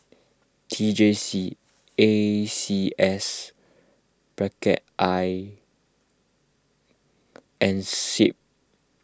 T J C A C S bracket I and Seab